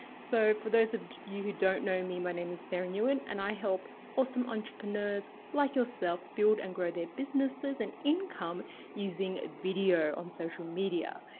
so for those of you who don't know me, my name is sara nguyen, and and i help awesome entrepreneurs like yourself, build and grow their businesses and income using video on social media.